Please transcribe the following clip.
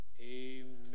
amen